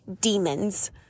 demons